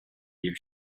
you